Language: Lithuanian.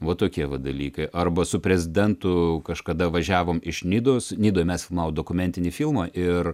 vat tokie va dalykai arba su prezidentu kažkada važiavom iš nidos nidoje mes mao dokumentinį filmą ir